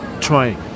trying